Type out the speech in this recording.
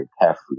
carefully